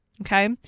Okay